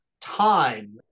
time